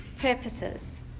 purposes